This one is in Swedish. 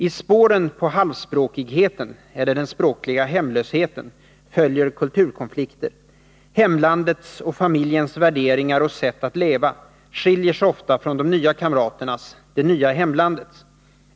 I spåren på halvspråkigheten — eller den språkliga hemlösheten — följer kulturkonflikter: Hemlandets och familjens värderingar och sätt att leva skiljer sig ofta från de nya kamraternas, det nya hemlandets.